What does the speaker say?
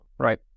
right